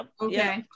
Okay